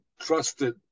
trusted